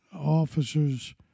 officers